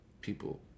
people